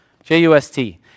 J-U-S-T